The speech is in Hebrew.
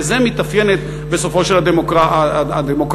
כי בזה מתאפיינת בסופו של דבר הדמוקרטיה: